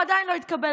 הוא עדיין לא התקבל,